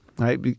Right